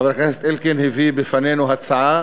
חבר הכנסת אלקין הביא בפנינו הצעה